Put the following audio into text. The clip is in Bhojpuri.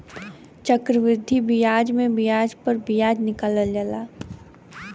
चक्रवृद्धि बियाज मे बियाज प बियाज निकालल जाला